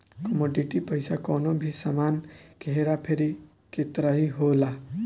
commodity पईसा कवनो भी सामान के हेरा फेरी के तरही होला